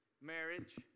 Marriage